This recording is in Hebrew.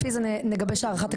לפי זה נגבש הערכה תקציבית,